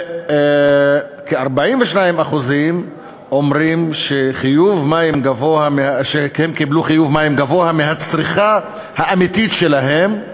וכ-42% אומרים שהם קיבלו חיוב מים גבוה מהצריכה האמיתית שלהם,